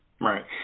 right